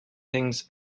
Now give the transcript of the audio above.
things